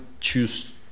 choose